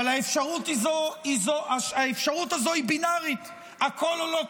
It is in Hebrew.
אבל האפשרות הזו בינארית: הכול או לא כלום.